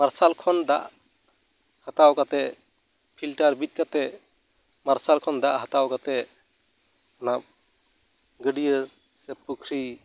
ᱢᱟᱨᱥᱟᱞ ᱠᱷᱚᱱ ᱫᱟᱜ ᱦᱟᱛᱟᱣ ᱠᱟᱛᱮ ᱯᱷᱤᱞᱴᱟᱨ ᱵᱤᱫ ᱠᱟᱛᱮ ᱢᱟᱨᱥᱟᱞ ᱠᱷᱚᱱ ᱫᱟᱜ ᱦᱟᱛᱟᱣ ᱠᱟᱛᱮ ᱚᱱᱟ ᱜᱟᱹᱰᱭᱟᱹ ᱥᱮ ᱯᱩᱠᱷᱨᱤ